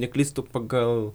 neklystu pagal